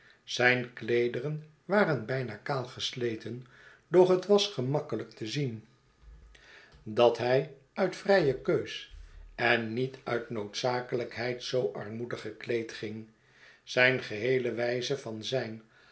zijn kleederen waren bijna kaal gesleten doch het was gemakkelyk te zien dat hij uit vrije keus en niet uit noodzakelijkheid zoo armoedig gekleed ging zijn geheele wijze van zijn